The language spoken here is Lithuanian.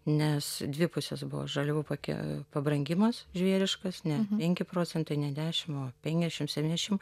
nes dvi pusės buvo žaliavų pake pabrangimas žvėriškas ne penki procentai ne dešim o penkiasšim septyniasšim